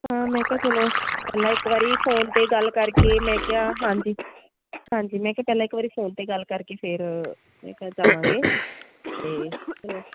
ਤਾਂ ਮੈਂ ਕਿਹਾ ਚਲੋ ਪਹਿਲਾਂ ਇੱਕ ਵਾਰ ਫੋਨ 'ਤੇ ਗੱਲ ਕਰਕੇ ਮੈਂ ਕਿਹਾ ਹਾਂਜੀ ਹਾਂਜੀ ਮੈਂ ਕਿਹਾ ਪਹਿਲਾਂ ਇੱਕ ਵਾਰ ਫੋਨ 'ਤੇ ਗੱਲ ਕਰਕੇ ਫਿਰ ਮੈਂ ਕਿਹਾ ਜਾਵਾਂਗੇ ਅਤੇ ਚਲੋ